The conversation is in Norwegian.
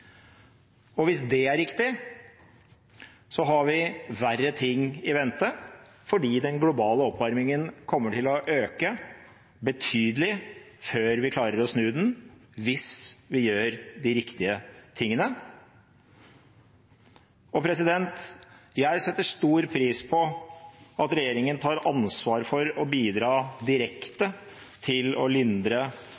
Og hvis det er riktig, har vi verre ting i vente fordi den globale oppvarmingen kommer til å øke betydelig før vi klarer å snu den – hvis vi gjør de riktige tingene. Jeg setter stor pris på at regjeringen tar ansvar for å bidra direkte